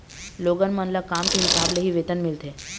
लोगन मन ल काम के हिसाब ले ही वेतन मिलथे